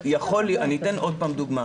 אתן עוד פעם דוגמה: